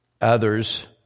Others